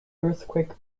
earthquake